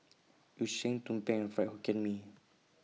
Yu Sheng Tumpeng and Fried Hokkien Mee